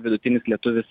vidutinis lietuvis